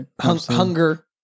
Hunger